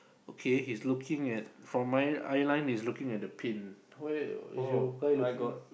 okay he's looking at from my eye line he's looking at the pin where is your guy looking